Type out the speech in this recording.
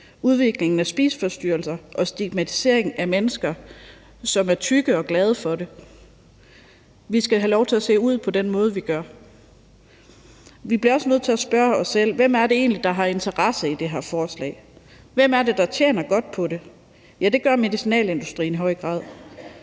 udviklingen af spiseforstyrrelser og stigmatisering af mennesker, som er tykke og glade for at være det. Vi skal have lov til at se ud på den måde, vi gør. Vi bliver også nødt til at spørge os selv: Hvem er det egentlig, der har interesse i det her forslag? Hvem er det, der tjener godt på det? Ja, det gør medicinalindustrien i høj grad.